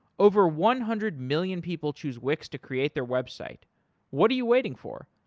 over one-hundred-million people choose wix to create their website what are you waiting for?